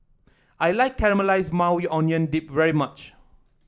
I like Caramelized Maui Onion Dip very much